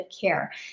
care